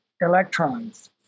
electrons